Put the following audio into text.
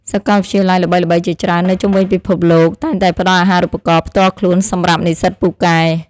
សាកលវិទ្យាល័យល្បីៗជាច្រើននៅជុំវិញពិភពលោកតែងតែផ្តល់អាហារូបករណ៍ផ្ទាល់ខ្លួនសម្រាប់និស្សិតពូកែ។